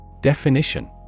Definition